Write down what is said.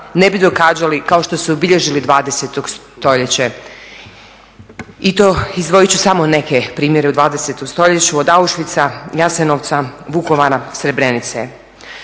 ne bi događali kao što su i obilježili 20. stoljeće. I to izdvojiti ću samo neke primjere u 20. stoljeću od Auschwitza, Jasenovca, Vukovara, Srebrenice.